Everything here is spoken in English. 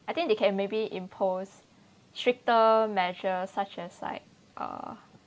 I think they can maybe impose stricter measures such as like uh